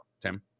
Tim